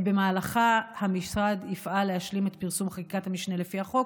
ובמהלכה המשרד יפעל להשלים את פרסום חקיקת המשנה לפי החוק.